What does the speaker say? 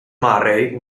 murray